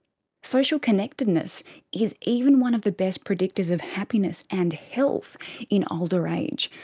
social connectedness is even one of the best predictors of happiness and health in older age.